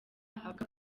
avuga